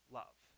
love